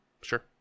Sure